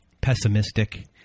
pessimistic